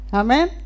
amen